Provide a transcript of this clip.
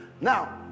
now